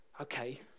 okay